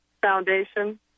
Foundation